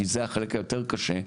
כי זה החלק היותר קשה.